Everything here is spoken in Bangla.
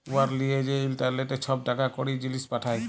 উয়ার লিয়ে যে ইলটারলেটে ছব টাকা কড়ি, জিলিস পাঠায়